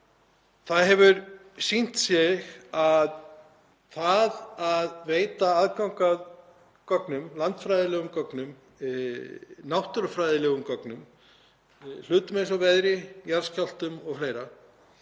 Það hefur sýnt sig að það að veita aðgang að gögnum, landfræðilegum gögnum, náttúrufræðilegum gögnum, gögnum um veður, jarðskjálfta o.fl.,